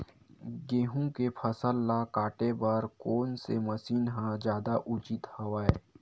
गेहूं के फसल ल काटे बर कोन से मशीन ह जादा उचित हवय?